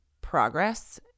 progress